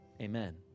Amen